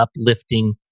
uplifting